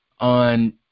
on